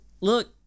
look